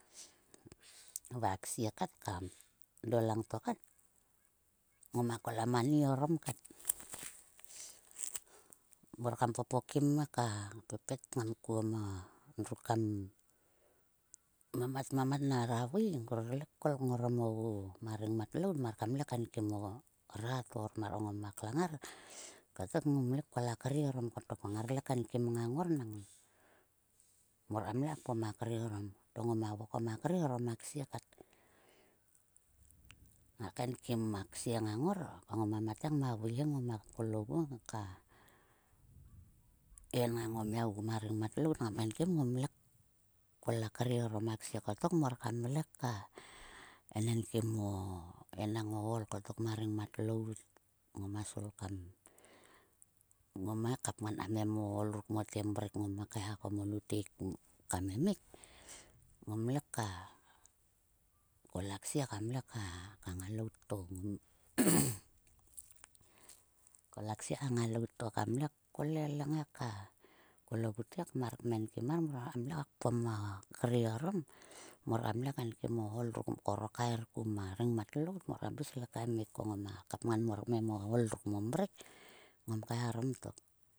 Va ksie ka do langto kat ngoma kol a mani orom kat. Mor kam popokim heka pepet ngam kuon ma druk kam mamat mamat nera vui ngrar le kol kol ngoram ogu ma rengmat lout mar kam le kaenkun o rat o ormar koma klang ngar. Kotok ngoma kol a kre orom kotok. Ngarle kaenkim ngang ngor nang mor kamle ka kpom a kre orom. To ngoma vokom a kre orom a ksie kat. Ngar kaenkim a ksie ngang ngor ko ngoma mat he nama vui ngoma kol ogu ka en ngang o mia ogu ma rengmat lout kmenkim. Ngom le kol a kre orom a ksie kottok mor kam le enekim o. Enang o ool ko ma rengmat lout. Ngoma svil kam. Ngome kapngan kmem o ool ruk mote mrek ngom kaeha ko mo lutek kam emmik. Ngomle ka kol a ksie ka ngalout to kol a ksie ka ngalout to kamle ka kol ogut he mar kmenkim mar kmenkim mar mor kam le ka kpom a kre orom. Mor kam le kaenkim o ool ruk mkor o kaer ku ma rengmat lout mor kmem o ool ruk mote mrek ngom kaeharom tok.